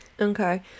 Okay